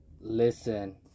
listen